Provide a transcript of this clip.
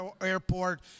Airport